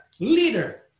leader